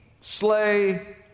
slay